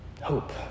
Hope